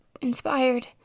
inspired